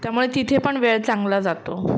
त्यामुळे तिथे पण वेळ चांगला जातो